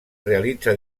realitza